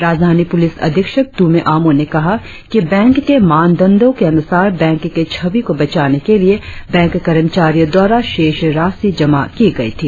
राजधानी पुलिस अधीक्षक तुम्मे अमो ने कहा कि बैंक के मानदंडो के अनुसार बैंक की छवि को बचाने के लिए बैंक कर्मचारियों द्वारा शेष राशि जमा की गई थी